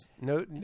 No